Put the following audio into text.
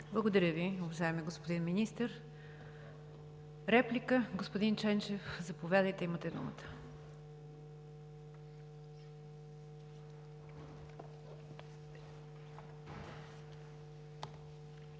Благодаря Ви, уважаеми господин Министър. Реплика, господин Ченчев? Заповядайте, имате думата.